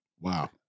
Wow